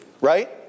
Right